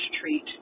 treat